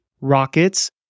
rockets